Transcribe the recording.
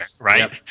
right